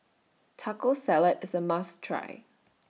Taco Salad IS A must Try